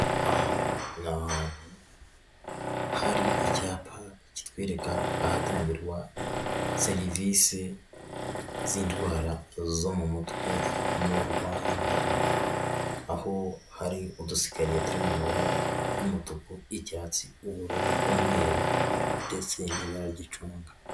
Aha ni ahantu hari icyapa kitwereka ahatangirwa serivisi z'indwara zo mu mutwe mu Rwanda, aho hari udusikariye turi mu mabara y'umutuku, icyatsi, ubururu umweru ndetse n'ibara ry'icunga.